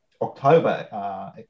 October